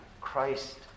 Christ